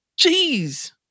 Jeez